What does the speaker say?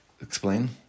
Explain